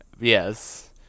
Yes